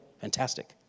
Fantastic